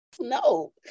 No